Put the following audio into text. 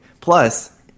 plus